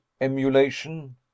emulation